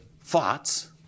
thoughts